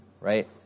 Right